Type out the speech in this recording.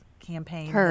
Campaign